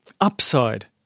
upside